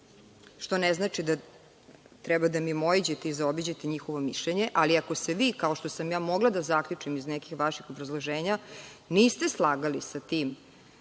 što ne znači da treba da mimoiđete i zaobiđete njihovo mišljenje, ali, ako se vi, kao što sam ja mogla da zaključim iz nekih vaših obrazloženja, niste slagali sa tim,